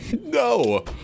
No